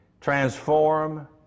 transform